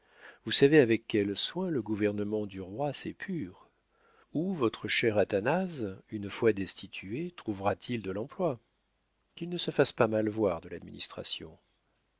vous savez avec quel soin le gouvernement du roi s'épure où votre cher athanase une fois destitué trouvera-t-il de l'emploi qu'il ne se fasse pas mal voir de l'administration